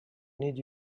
need